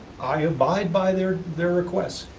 i abide by their their request.